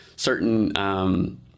certain